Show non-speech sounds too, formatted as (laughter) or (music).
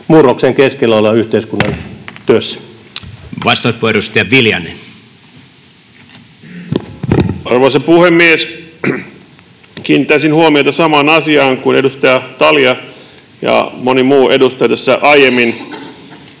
murroksen keskellä olevan yhteiskunnan, (noise) työssä. Arvoisa puhemies! Kiinnittäisin huomiota samaan asiaan kuin edustaja Talja ja moni muu edustaja tässä aiemmin,